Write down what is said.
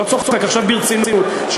עכשיו ברצינות,